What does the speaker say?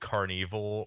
Carnival